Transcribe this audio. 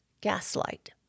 Gaslight